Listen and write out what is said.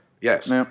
Yes